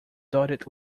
dotted